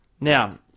Now